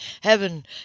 heaven